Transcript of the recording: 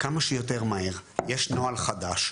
כמה שיותר מהר, יש הנחייה חדשה.